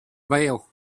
bell